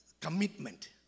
Commitment